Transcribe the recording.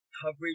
coverage